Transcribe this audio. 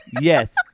Yes